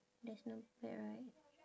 that's not bad right